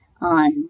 on